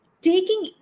taking